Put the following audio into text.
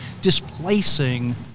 displacing